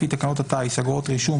בעד אגרה לפי תקנות הטיס (אגרות רישום,